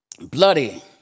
Bloody